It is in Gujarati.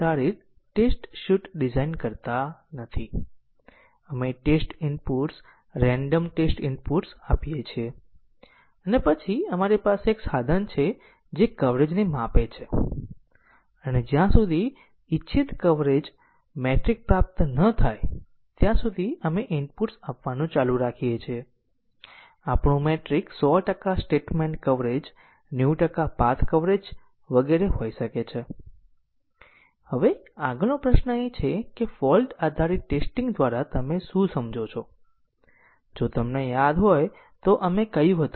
આપણે જાણવાની જરૂર છે કે દરેક રચિત પ્રેગ્રામમાં ત્રણ પ્રકારના સ્ટેટમેન્ટો હોય છે સ્ટેટમેન્ટોનો સિકવન્સ પ્રકાર કે જે એક સ્ટેટમેન્ટ હોય ત્યારે તે આગળનું સ્ટેટમેન્ટ એક્ઝિક્યુટ કરે છે જોકે તે સ્ટેટમેન્ટો સિકવન્સ પ્રકાર હોય સ્ટેટમેન્ટોનો સેલેક્શન પ્રકાર હોય તો આ હોય તો અન્યથા સ્વિચ કરો તે સેલેક્શન ના સ્ટેટમેન્ટો અને ઈટરેશન સ્ટેટમેન્ટો છે જે થોડા સમય માટે છે જ્યારે તે પ્રકારની લૂપ વગેરે છે